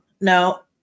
no